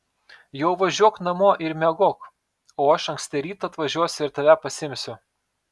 jau važiuok namo ir miegok o aš anksti rytą atvažiuosiu ir tave pasiimsiu